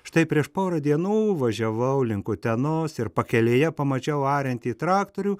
štai prieš porą dienų važiavau link utenos ir pakelėje pamačiau ariantį traktorių